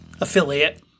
affiliate